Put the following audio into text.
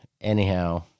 anyhow